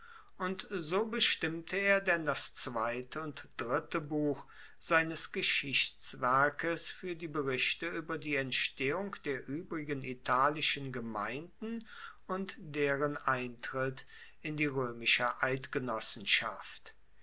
und so bestimmte er denn das zweite und dritte buch seines geschichtswerkes fuer die berichte ueber die entstehung der uebrigen italischen gemeinden und deren eintritt in die roemische eidgenossenschaft